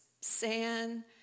sand